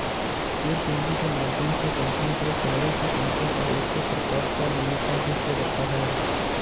share पूंजी के माध्यम से कंपनी के शेयरों की संख्या और उसके प्रकार का निरूपण भी किया जाता है